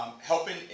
helping